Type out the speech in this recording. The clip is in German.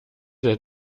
der